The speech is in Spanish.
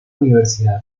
universidad